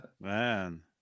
Man